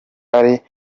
ari